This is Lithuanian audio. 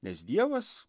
nes dievas